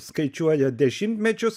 skaičiuoja dešimtmečius